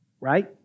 right